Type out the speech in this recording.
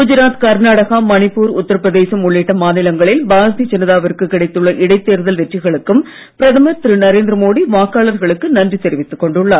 குஜராத் கர்நாடகா மணிப்பூர் உத்தரபிரதேசம் உள்ளிட்ட மாநிலங்களில் பாரதிய ஜனதாவிற்கு கிடைத்துள்ள இடைத் தேர்தல் வெற்றிகளுக்கும் பிரதமர் திரு நரேந்திர மோடி வாக்காளர்களுக்கு நன்றி தெரிவித்துக் கொண்டுள்ளார்